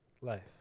life